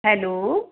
hello